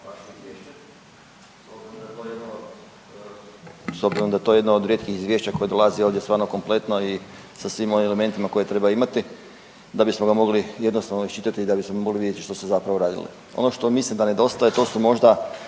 s obzirom da je to jedno od rijetkih izvješća koje dolazi ovdje stvarno kompletno i sa svim onim elementima koje treba imati da bismo ga mogli jednostavno iščitati i da bismo mogli vidjeti što se zapravo radilo. Ono što mislim da nedostaje to su možda